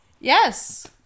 Yes